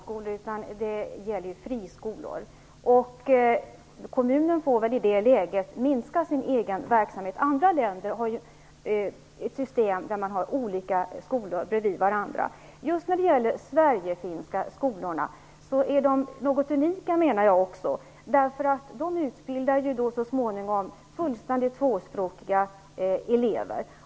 Herr talman! Här gäller det alltså inte privatskolor utan friskolor. Kommunen får väl i det läget minska sin egen verksamhet. Andra länder har ju ett system där man har olika skolor bredvid varandra. De sverigefinska skolorna är unika eftersom de utbildar så småningom fullständigt tvåspråkiga elever.